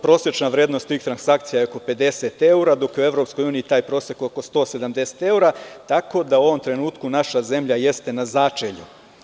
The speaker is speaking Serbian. Prosečna vrednost tih transakcija je oko 50 evra, dok je u EU taj prosek oko 170 evra, tako da u ovom trenutku naša zemlja jeste na začelju.